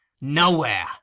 Nowhere